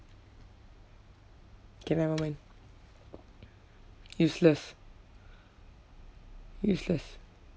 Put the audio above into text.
K never mind useless useless